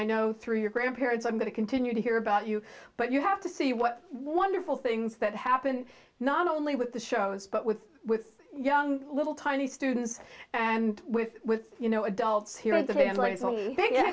i know through your grandparents i'm going to continue to hear about you but you have to see what wonderful things that happen not only with the shows but with with young little tiny students and with with you know adults here